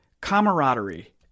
camaraderie